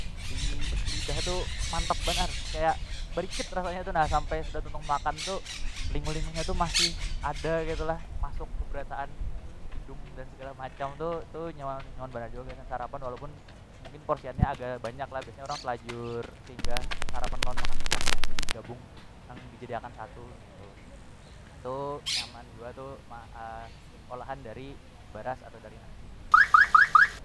Dilidah tu mantap banar kaya barikit rasanya tu nah sampai sudah tuntung makan tu linguh- linguh nya tu masih ada ketu lah masuk keberataan hidung dan segala macam tu tu nyaman banar jua gasan sarapan walaupun mungkin porsian nya agak banyak lah biasanya orang selajur singgah sarapan lawan makan siang yang digabung nang dijadi akan satu ngitu itu nyaman jua tu ma olahan dari baras atau dari nasi misal di wilayah.